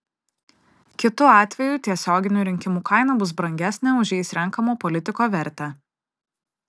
kitu atveju tiesioginių rinkimų kaina bus brangesnė už jais renkamo politiko vertę